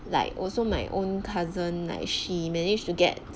like also my own cousin like she managed to get